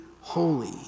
holy